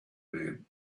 man